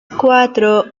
cuatro